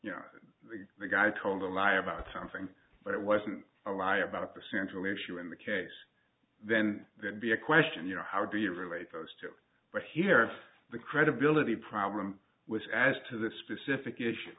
you know the guy told a lie about something but it wasn't a lie about the central issue in the case then there'd be a question you know how do you relate those two but here the credibility problem was as to the specific issue